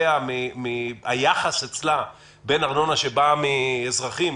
היחס אצלה בין ארנונה שבאה מאזרחים,